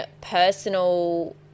personal